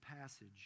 passage